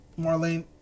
Marlene